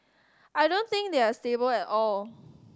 I don't think they are stable at all